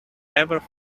ever